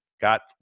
got